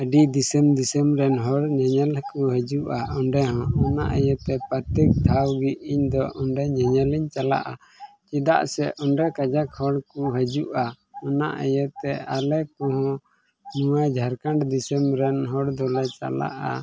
ᱟᱹᱰᱤ ᱫᱤᱥᱚᱢ ᱫᱤᱥᱚᱢ ᱨᱮᱱ ᱦᱚᱲ ᱧᱮᱧᱮᱞ ᱠᱚ ᱦᱤᱡᱩᱜᱼᱟ ᱚᱸᱰᱮ ᱦᱚᱸ ᱚᱱᱟ ᱤᱭᱟᱹᱛᱮ ᱯᱨᱚᱛᱮᱠ ᱫᱷᱟᱣ ᱜᱮ ᱤᱧᱫᱚ ᱚᱸᱰᱮ ᱧᱮᱧᱮᱞ ᱤᱧ ᱪᱟᱞᱟᱜᱼᱟ ᱪᱮᱫᱟᱜ ᱥᱮ ᱚᱸᱰᱮ ᱠᱟᱡᱟᱠ ᱦᱚᱲ ᱠᱚ ᱦᱤᱡᱩᱜᱼᱟ ᱚᱱᱟ ᱤᱭᱟᱹᱛᱮ ᱟᱞᱮ ᱠᱚᱦᱚᱸ ᱱᱚᱣᱟ ᱡᱷᱟᱲᱠᱷᱚᱸᱰ ᱫᱤᱥᱚᱢ ᱨᱮᱱ ᱦᱚᱲ ᱫᱚᱞᱮ ᱪᱟᱞᱟᱜᱼᱟ